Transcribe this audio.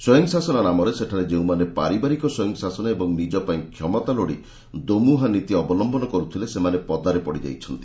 ସ୍ୱୟଂଶାସନ ନାମରେ ସେଠାରେ ଯେଉଁମାନେ ପାରିବାରିକ ସ୍ୱୟଂଶାସନ ଏବଂ ନିଜ ପାଇଁ କ୍ଷମତା ଲୋଡ଼ି ଦୋମୁହାଁ ନୀତି ଅବଲମ୍ବନ କରୁଥିଲେ ସେମାନେ ପଦାରେ ପଡ଼ିଯାଇଛନ୍ତି